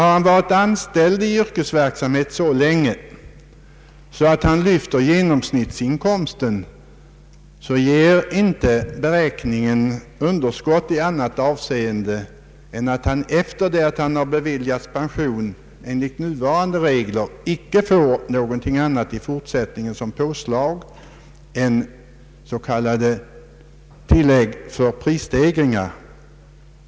Har han varit anställd i yrkesverksamhet så länge att han lyfter genomsnittsinkomsten, så ger inte beräkningen underskott i annat avseende än att han efter att ha beviljats pension enligt nuvarande regler icke får någonting annat i fortsättningen som påslag än s.k. tillägg för prisstegringar.